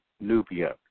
Nubia